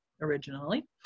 originally